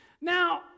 Now